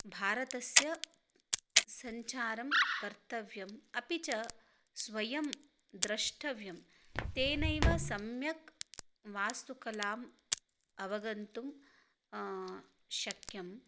भारतस्य सञ्चारं कर्तव्यम् अपि च स्वयं द्रष्टव्यं तेनैव सम्यक् वास्तुकलाम् अवगन्तुं शक्यम्